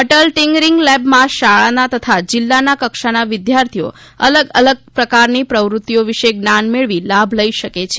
Atal tinkering લેબમાં શાળાના તથા જિલ્લા કક્ષાના વિદ્યાર્થીઓ અલગ અલગ પ્રકારની પ્રવૃત્તિ વિશે જ્ઞાન મેળવી લાભ લઇ શકે છે